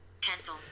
Cancel